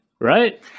Right